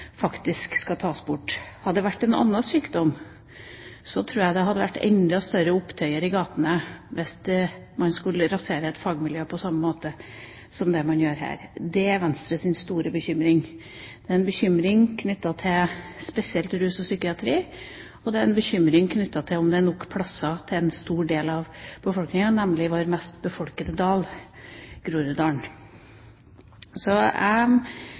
faktisk skal tas bort. Hadde det vært en annen sykdom, tror jeg det hadde vært enda større opptøyer i gatene hvis man skulle rasere et fagmiljø på samme måte som det man gjør her. Det er Venstres store bekymring. Det er en bekymring knyttet spesielt til rus og psykiatri, og det er en bekymring knyttet til om det er nok plasser til en stor del av befolkningen, nemlig vår mest befolkede dal,